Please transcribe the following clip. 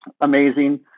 amazing